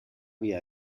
vida